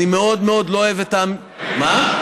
אני מאוד מאוד לא אוהב את, מה?